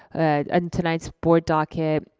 and and tonight's board docket,